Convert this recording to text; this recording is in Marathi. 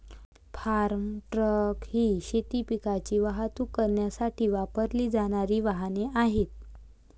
फार्म ट्रक ही शेती पिकांची वाहतूक करण्यासाठी वापरली जाणारी वाहने आहेत